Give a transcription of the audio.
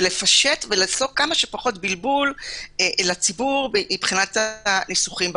ולפשט ולעשות כמה שפחות בלבול לציבור מבחינת ניסוחי החוק.